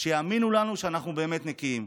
שיאמינו לנו שאנחנו באמת נקיים.